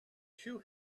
two